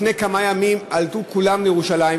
לפני כמה ימים עלו כולם לירושלים,